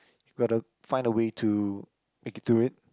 you gotta find a way to make it through it